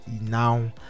now